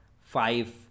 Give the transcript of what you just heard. five